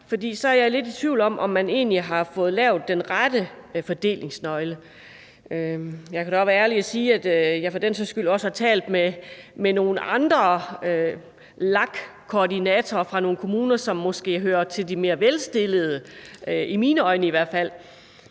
for så er jeg lidt i tvivl om, hvorvidt man egentlig har fået lavet den rette fordelingsnøgle. Jeg kan da også være ærlig og sige, at jeg for den sags skyld også har talt med nogle andre LAG-koordinatorer fra nogle kommuner, som måske hører til de mere velstillede, i hvert fald